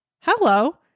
Hello